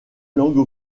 langue